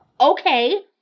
Okay